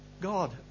God